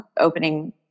opening